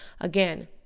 Again